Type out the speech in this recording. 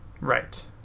Right